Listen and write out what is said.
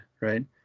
right